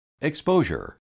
Exposure